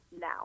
now